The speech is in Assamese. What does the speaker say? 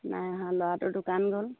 নাই অহা ল'ৰাটো দোকান গ'ল